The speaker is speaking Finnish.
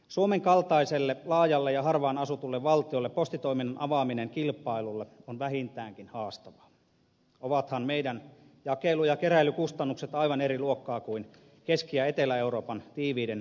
suomen kaltaiselle laajalle ja harvaanasutulle valtiolle postitoiminnan avaaminen kilpailulle on vähintäänkin haastavaa ovathan meidän jakelu ja keräilykustannukset aivan eri luokkaa kuin keski ja etelä euroopan tiiviiden väestökeskittymien maissa